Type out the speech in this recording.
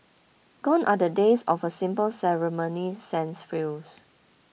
gone are the days of a simple ceremony sans frills